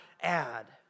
add